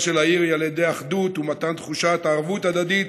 של העיר היא על ידי אחדות ומתן תחושת ערבות הדדית